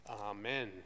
Amen